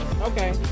okay